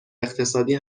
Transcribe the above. اقتصادی